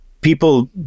people